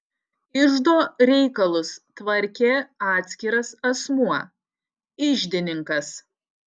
iždo reikalus tvarkė atskiras asmuo iždininkas